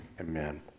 Amen